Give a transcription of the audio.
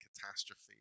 catastrophe